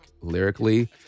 lyrically